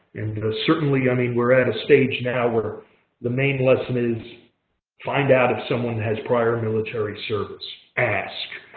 and certainly, i mean, we're at a stage now where the main lesson is find out if someone has prior military service ask.